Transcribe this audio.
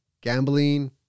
gambling